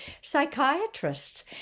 psychiatrists